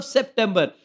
September